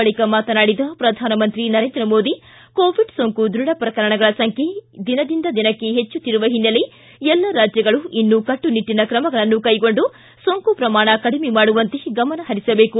ಬಳಿಕ ಮಾತನಾಡಿದ ಪ್ರಧಾನಮಂತ್ರಿ ನರೇಂದ್ರ ಮೋದಿ ಕೋವಿಡ್ ಸೋಂಕು ದ್ವಢ ಪ್ರಕರಣಗಳ ಸಂಖ್ಯೆ ದಿನದಿಂದ ದಿನಕ್ಕೆ ಪೆಚ್ಚುತ್ತಿರುವ ಹಿನ್ನೆಲೆ ಎಲ್ಲ ರಾಜ್ಯಗಳು ಇನ್ನೂ ಕಟ್ಟುನಿಟ್ಟಿನ ಕ್ರಮಗಳನ್ನು ಕೈಗೊಂಡು ಸೋಂಕು ಪ್ರಮಾಣ ಕಡಿಮೆ ಮಾಡುವಂತೆ ಗಮನ ಪರಿಸಬೇಕು